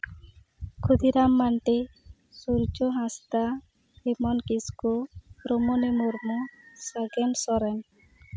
Khudiram Mandi Surju Hansda Bimal Kisku Romoni Murmu Sagen Soren